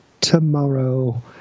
tomorrow